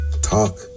talk